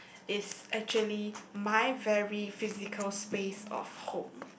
is actually my very physical space of home